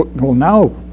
but well now,